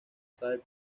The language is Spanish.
sabe